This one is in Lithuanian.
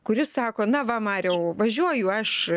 kuris sako na va mariau važiuoju aš